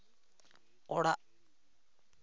ᱚᱲᱟᱜ